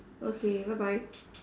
okay bye bye